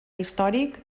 històric